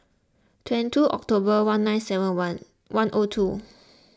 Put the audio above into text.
twenty two October one nine seven one one O two